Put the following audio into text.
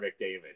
McDavid